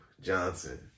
Johnson